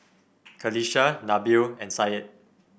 Qalisha Nabil and Syed